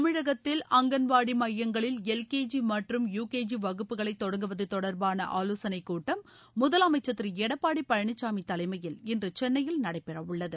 தமிழகத்தில் அங்கன்வாடி மையங்களில் L K G மற்றும் யு கே ஜி வகுப்புகளை தொடங்குவது தொடர்பான ஆலோசனை கூட்டம் முதலமைச்சர் திரு எடப்பாடி பழனிச்சாமி தலைமையில் இன்று சென்னையில் நடைபெறவுள்ளது